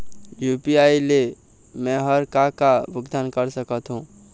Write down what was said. UPI ले मे हर का का भुगतान कर सकत हो?